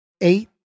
eight